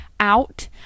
out